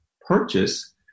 purchase